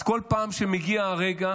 אז כל פעם שמגיע הרגע